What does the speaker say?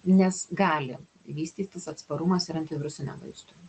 nes gali vystytis atsparumas ir antivirusiniam vaistui